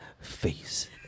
Face